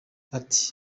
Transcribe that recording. ati